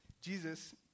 Jesus